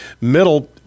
Middle